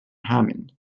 hammond